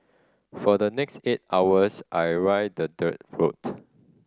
for the next eight hours I ride the dirt road